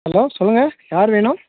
hello சொல்லுங்கள் யார் வேணும்